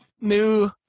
new